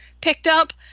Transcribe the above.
Picked-up